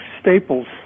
staples